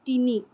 তিনি